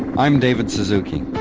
i'm david suzuki.